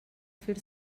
fer